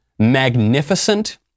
magnificent